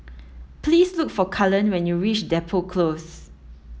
please look for Cullen when you reach Depot Close